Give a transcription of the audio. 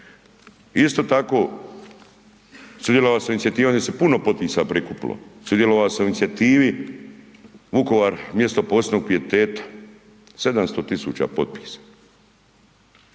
Isto tako sudjelovalo se u inicijativam di se puno potpisa prikupilo, sudjelovalo se u inicijativi Vukovar, mjesto posebnog pijeteta, 700 000 potpisa,